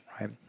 right